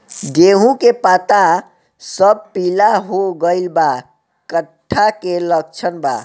गेहूं के पता सब पीला हो गइल बा कट्ठा के लक्षण बा?